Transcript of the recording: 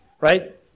right